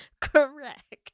correct